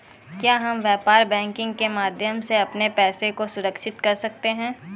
क्या हम व्यापार बैंकिंग के माध्यम से अपने पैसे को सुरक्षित कर सकते हैं?